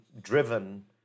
driven